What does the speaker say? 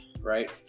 right